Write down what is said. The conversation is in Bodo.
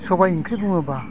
सबाइ ओंख्रि बुङोब्ला